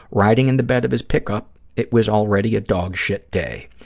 riding in the bed of his pick-up, it was already a dog-shit day.